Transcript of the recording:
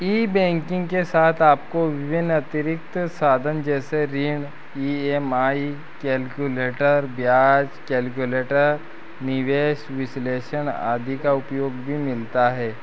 ई banking के साथ आपको विभिन्न अतिरिक्त साधन जैसे ऋण ई एम आई कैल्कुलेटर ब्याज कैल्कुलेटर निवेश विश्लेषण आदि का उपयोग भी मिलता है